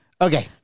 Okay